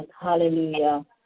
Hallelujah